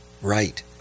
Right